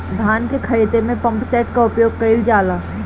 धान के ख़हेते में पम्पसेट का उपयोग कइल जाला?